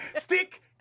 Stick